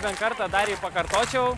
bent kartą dar jį pakartočiau